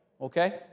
Okay